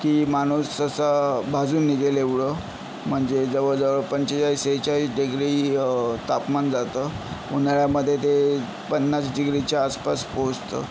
की माणूस ससा भाजून निघेल एवढं म्हणजे जवळजवळ पंचेचाळीस सेहेचाळीस डेग्री तापमान जातं उन्हाळ्यामध्ये ते पन्नास डिग्रीच्या आसपास पोहोचतं